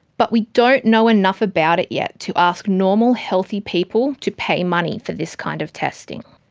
but we don't know enough about it yet to ask normal healthy people to pay money for this kind of testing.